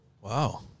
Wow